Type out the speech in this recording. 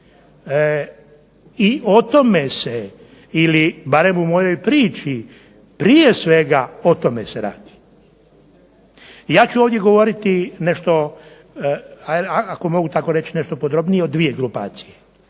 i o tome se ili barem u mojoj priči prije svega o tome se radi. Ja ću ovdje govoriti ako mogu tako reći nešto podrobnije o dvije grupacije,